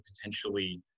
potentially